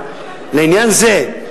או נינה, לעניין זה,